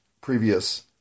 previous